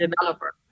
developer